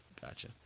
Gotcha